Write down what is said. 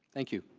thank you.